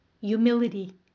humility